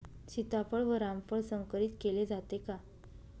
सीताफळ व रामफळ संकरित केले जाते का?